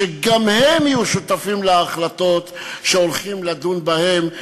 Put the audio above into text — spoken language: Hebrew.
שגם הם יהיו שותפים להחלטות שהולכים לדון בהן,